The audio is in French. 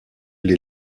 les